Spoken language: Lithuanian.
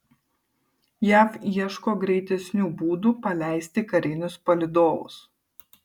jav ieško greitesnių būdų paleisti karinius palydovus